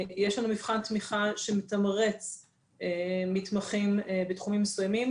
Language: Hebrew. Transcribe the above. יש לנו מבחן תמיכה שמתמרץ מתמחים בתחומים מסוימים